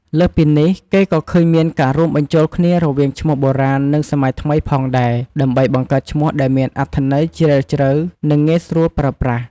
លើសពីនេះ គេក៏ឃើញមានការរួមបញ្ចូលគ្នារវាងឈ្មោះបុរាណ និងសម័យថ្មីផងដែរ ដើម្បីបង្កើតឈ្មោះដែលមានអត្ថន័យជ្រាលជ្រៅ និងងាយស្រួលប្រើប្រាស់។